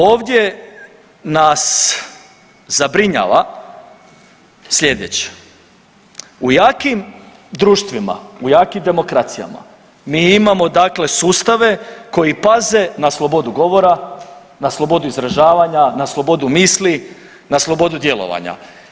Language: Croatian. Ovdje nas zabrinjava sljedeće: U jakim društvima, u jakim demokracijama mi imamo, dakle sustave koji paze na slobodu govora, na slobodu izražavanja, na slobodu misli, na slobodu djelovanja.